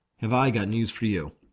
have i got news for you.